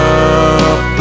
up